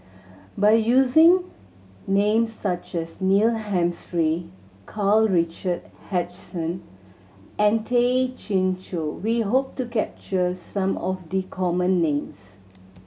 by using names such as Neil Karl Richard Hanitsch and Tay Chin Joo we hope to capture some of the common names